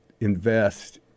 invest